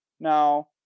Now